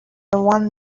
one